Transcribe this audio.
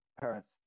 parents